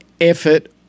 effort